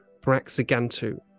Braxigantu